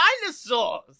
dinosaurs